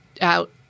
out